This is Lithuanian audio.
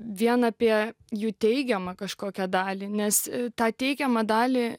vien apie jų teigiamą kažkokią dalį nes tą teikiamą dalį